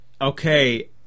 Okay